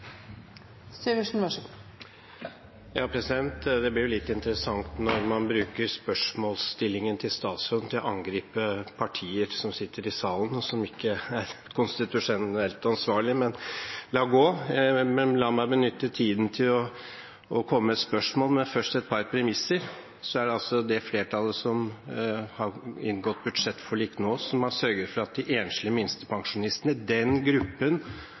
sitter i salen, og som ikke er konstitusjonelt ansvarlig, men la gå. Men la meg benytte tiden til å komme med et spørsmål. Først et par premisser: Det er altså det flertallet som har inngått budsjettforlik med oss, som har sørget for at de enslige minstepensjonistene, den gruppen